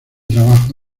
trabajo